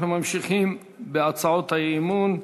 אנחנו ממשיכים בהצעות האי-אמון: